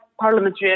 parliamentary